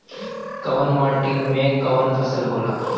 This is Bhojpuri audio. कवन माटी में कवन फसल हो ला?